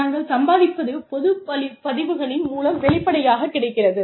நாங்கள் சம்பாதிப்பது பொது பதிவுகளின் மூலம் வெளிப்படையாகக் கிடைக்கிறது